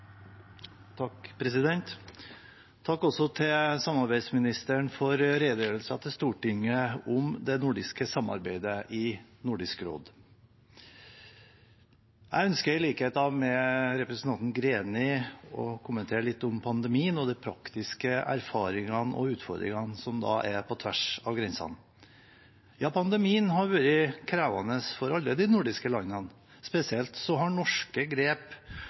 Takk til samarbeidsministeren for redegjørelsen til Stortinget om samarbeidet i Nordisk råd. Jeg ønsker i likhet med representanten Greni å kommentere litt om pandemien og de praktiske erfaringene og utfordringene som er på tvers av grensene. Pandemien har vært krevende for alle de nordiske landene. Spesielt har norske grep